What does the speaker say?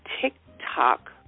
TikTok